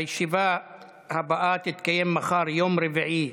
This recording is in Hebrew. הישיבה הבאה תתקיים מחר, יום רביעי,